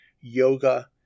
yoga